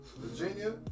Virginia